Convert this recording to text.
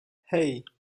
hey